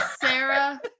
Sarah